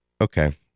okay